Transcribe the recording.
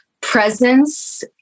presence